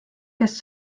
kes